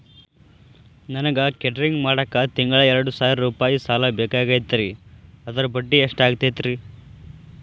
ನನಗ ಕೇಟರಿಂಗ್ ಮಾಡಾಕ್ ತಿಂಗಳಾ ಎರಡು ಸಾವಿರ ರೂಪಾಯಿ ಸಾಲ ಬೇಕಾಗೈತರಿ ಅದರ ಬಡ್ಡಿ ಎಷ್ಟ ಆಗತೈತ್ರಿ?